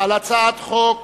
על הצעת חוק